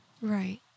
Right